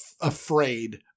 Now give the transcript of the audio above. afraid